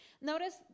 Notice